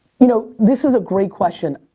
you know, this is a great question.